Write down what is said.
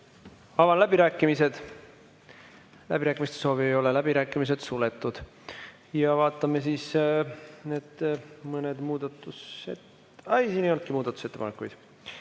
Avan läbirääkimised. Läbirääkimiste soovi ei ole, läbirääkimised on suletud. Vaatame siis need mõned muudatus ... Ai, siin ei olnudki muudatusettepanekuid.